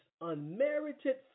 unmerited